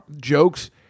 jokes